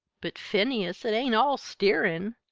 but, phineas, it ain't all steerin',